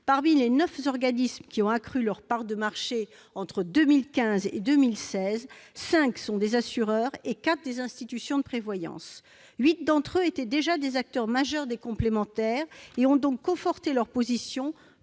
parmi les neuf organismes qui ont accru leurs parts de marché entre 2015 et 2016, cinq sont des assureurs et quatre des institutions de prévoyance. Huit de ces groupes étaient déjà des acteurs majeurs des complémentaires et ont donc conforté leurs positions,